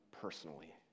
personally